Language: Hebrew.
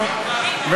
אבל אל תשווה,